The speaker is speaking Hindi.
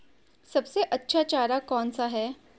सबसे अच्छा चारा कौन सा है?